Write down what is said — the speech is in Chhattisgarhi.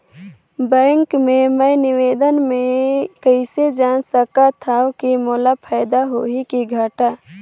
बैंक मे मैं निवेश मे कइसे जान सकथव कि मोला फायदा होही कि घाटा?